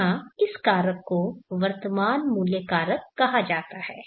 यहां इस कारक को वर्तमान मूल्य कारक कहा जाता है